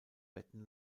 betten